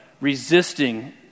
resisting